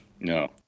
No